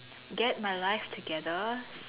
get my life together